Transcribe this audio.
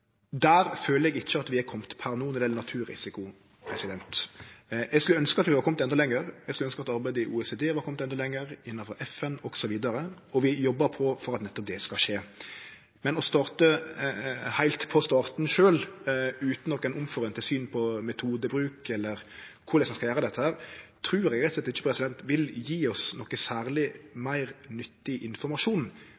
Der føler eg ikkje at vi er komne per no når det gjeld naturrisiko. Eg skulle ønskje at vi var komne endå lenger. Eg skulle ønskje at arbeidet i OECD var kome endå lenger, innanfor FN, osv. Vi jobbar på for at nettopp det skal skje. Men å begynne heilt frå starten sjølv utan noko felles syn på metodebruk eller korleis ein skal gjere dette, trur eg rett og slett ikkje vil gje oss noko særleg